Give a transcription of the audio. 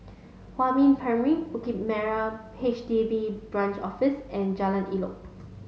Huamin Primary Bukit Merah H D B Branch Office and Jalan Elok